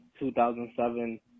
2007